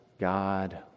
God